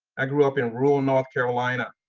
i grew up in rural north carolina.